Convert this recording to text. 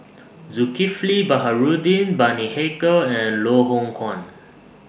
Zulkifli Baharudin Bani Haykal and Loh Hoong Kwan